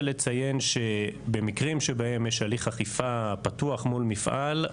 לציין שבמקרים שבהם יש הליך אכיפה פתוח מול מפעל,